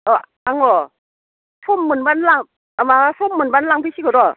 अह आङो सम मोनबानो ला माबा सम मोनबानो लांफैसिगौ र'